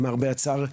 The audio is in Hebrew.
למרבה הצער,